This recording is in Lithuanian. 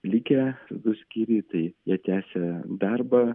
likę du skyriai tai jie tęsia darbą